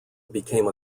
became